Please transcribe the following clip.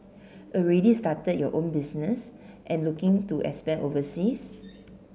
already started your own business and looking to expand overseas